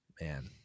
man